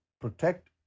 protect